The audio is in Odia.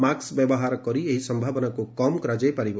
ମାସ୍କ ବ୍ୟବହାର କରି ଏହି ସମ୍ଭାବନାକୁ କମ୍ କରାଯାଇପାରିବ